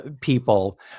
people